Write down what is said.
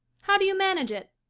how do you manage it?